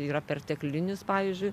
yra perteklinis pavyzdžiui